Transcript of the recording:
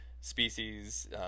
species